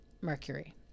mercury